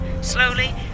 slowly